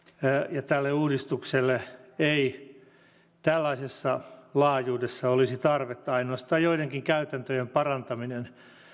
ja tälle uudistukselle ei tällaisessa laajuudessa olisi tarvetta ainoastaan joidenkin käytäntöjen parantaminen